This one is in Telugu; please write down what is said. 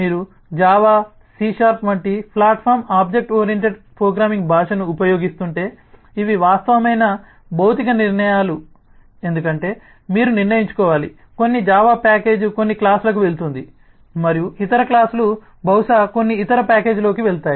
మీరు జావా లేదా సి షార్ప్ వంటి ప్లాట్ఫామ్ OOP భాషను ఉపయోగిస్తుంటే ఇవి వాస్తవమైన భౌతిక నిర్ణయాలు ఎందుకంటే మీరు నిర్ణయించుకోవాలి కొన్ని జావా ప్యాకేజీ కొన్ని క్లాస్లకు వెళుతుంది మరియు ఇతర క్లాస్లు బహుశా కొన్ని ఇతర ప్యాకేజీలలోకి వెళ్తాయి